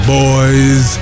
boys